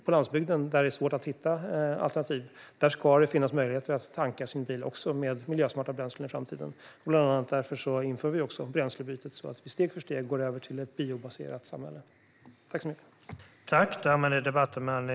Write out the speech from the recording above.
På landsbygden, där det är svårt att hitta alternativ, ska det däremot finnas möjligheter att tanka sin bil med miljösmarta bränslen i framtiden. Av detta skäl inför vi bland annat bränslebytet så att vi steg för steg går över till ett biobaserat samhälle.